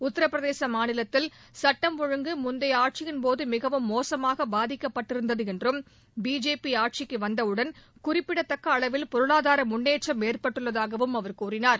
உத்தரப்பிரதேச மாநிலத்தில் சட்டம் ஒழுங்கு முந்தைய ஆட்சியின் போது மிகவும் மோசமாக பாதிக்கப்பட்டிருந்தது என்றும் பிஜேபி ஆட்சிக்கு வந்தவுடன் குறிப்பிடத்தக்க அளவில் பொருளாதார முன்னேற்றம் ஏற்பட்டுள்ளதாகவும் அவர் கூறினார்